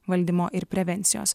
valdymo ir prevencijos